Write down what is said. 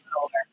older